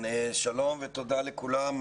כן, שלום ותודה לכולם.